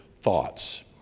thoughts